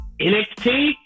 NXT